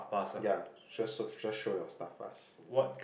ya sho~ just show your staff pass